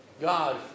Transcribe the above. God